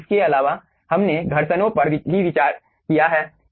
इसके अलावा हमने घर्षणों पर विचार भी किया है